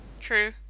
True